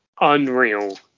unreal